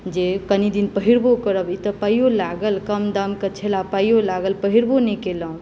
जे कनिदिन पहिरबो करब ई तऽ पाइयो लागल कम दाम के छला पाइयो लागल पहिरबो नहि कएलहुॅं